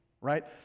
right